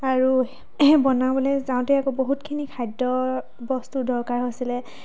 আৰু বনাবলৈ যাওঁতে আকৌ বহুতখিনি খাদ্য বস্তুৰ দৰকাৰ হৈছিলে